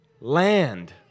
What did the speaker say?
land